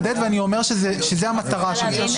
אבל אז אני מחדד ואני אומר שזאת המטרה שלי.